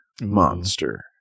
monster